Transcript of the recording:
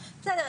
בסוף,